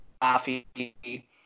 coffee